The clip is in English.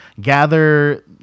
Gather